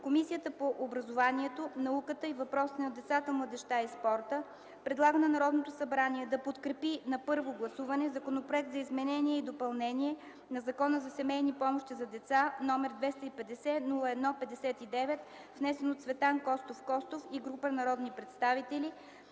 Комисията по образованието, науката и въпросите на децата, младежта и спорта предлага на Народното събрание да подкрепи на първо гласуване Законопроект за изменение и допълнение на Закона за семейни помощи за деца, № 250-01-59, внесен от Цветан Костов Костов и група народни представители